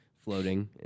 floating